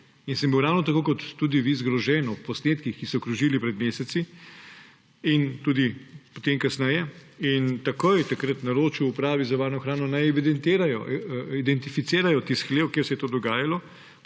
In sem bil ravno tako kot tudi vi zgrožen ob posnetkih, ki so krožili pred meseci in tudi potem kasneje, in takrat takoj naročil upravi za varno hrano, naj identificirajo tisti hlev, kjer se je to dogajalo.